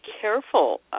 careful